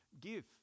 Give